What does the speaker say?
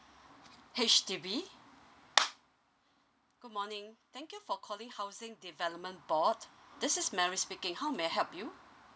H_D_B good morning thank you for calling housing development board this is mary speaking how may I help you